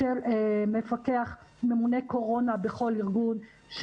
של מפקח ממונה קורונה בכל ארגון,